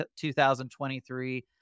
2023